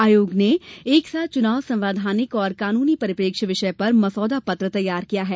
आयोग ने एक साथ चुनाव संवैधानिक और कानूनी परिप्रेक्ष विषय पर मसौदा पत्र तैयार किया है